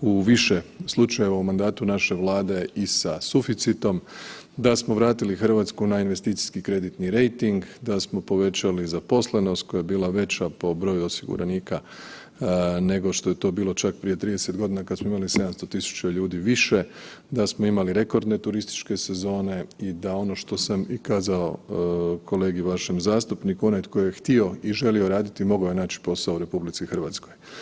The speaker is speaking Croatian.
u više slučajeva u mandatu naše Vlade i sa suficitom, da smo vratili Hrvatsku na investicijski kreditni rejting, da smo povećali zaposlenost koja je bila veća po broju osiguranika nego što je to bilo čak prije 30 godina kad smo imali 700.000 ljudi više, da smo imali rekordne turističke sezone i da ono što sam i kazao kolegi vašem zastupniku, onaj tko je htio i raditi mogao je naći posao u RH.